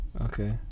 Okay